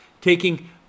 taking